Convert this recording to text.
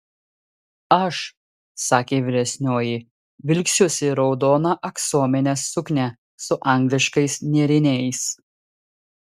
aš sakė vyresnioji vilksiuosi raudoną aksominę suknią su angliškais nėriniais